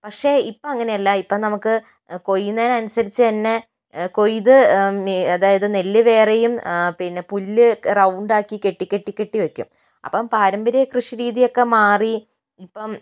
പക്ഷേ ഇപ്പോൾ അങ്ങനെയല്ല ഇപ്പോൾ നമുക്ക് കൊയ്യുന്നതിനനുസരിച്ച് തന്നെ കൊയ്ത് അതായത് നെല്ല് വേറെയും പിന്നെ പുല്ല് റൗണ്ട് ആക്കിക്കെട്ടിക്കെട്ടിക്കെട്ടി വെക്കും അപ്പോൾ പാരമ്പര്യ കൃഷിരീതി ഒക്കെ മാറി ഇപ്പോൾ